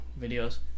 videos